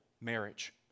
marriage